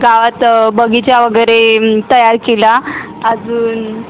गावात बगीचा वगैरे तयार केला अजून